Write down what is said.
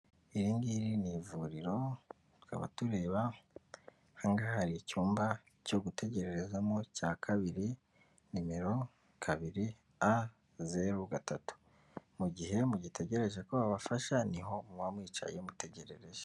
Iri ngiri ni ivuriro, tukaba tureba ahangaha hari icyumba cyo gutegerererezamo cya kabiri, nimero kabiri a zeru gatatu, mu gihe mu mugitegereje ko babafasha niho muba mwicaye mutegererereje.